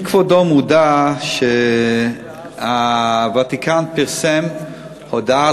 האם כבודו מודע לכך שהוותיקן פרסם הודעה